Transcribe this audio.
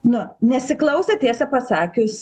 nu nesiklausė tiesą pasakius